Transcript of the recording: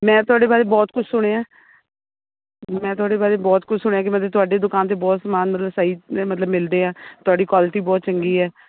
ਮੈਂ ਤੁਹਾਡੇ ਬਾਰੇ ਬਹੁਤ ਕੁਛ ਸੁਣਿਆ ਮੈਂ ਤੁਹਾਡੇ ਬਾਰੇ ਬਹੁਤ ਕੁਛ ਸੁਣਿਆ ਕਿ ਮੈਂ ਤੁਹਾਡੀ ਦੁਕਾਨ 'ਤੇ ਬਹੁਤ ਸਾਮਾਨ ਮਤਲਬ ਸਹੀ ਮਤਲਬ ਮਿਲਦੇ ਆ ਤੁਹਾਡੀ ਕੁਆਲਿਟੀ ਬਹੁਤ ਚੰਗੀ ਹੈ